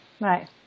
Right